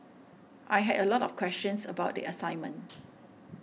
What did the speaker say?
I had a lot of questions about the assignment